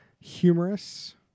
humorous